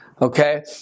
okay